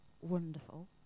wonderful